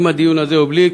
עם הדיון הזה או בלי,